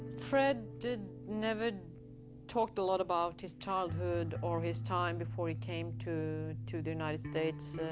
fred did never talk a lot about his childhood or his time before he came to to the united states.